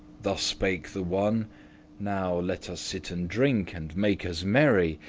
thus spake the one now let us sit and drink, and make us merry,